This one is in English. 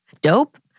dope